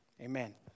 Amen